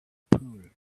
pool